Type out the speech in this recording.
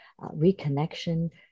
reconnection